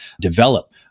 develop